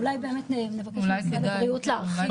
אולי באמת נבקש ממשרד הבריאות להרחיב.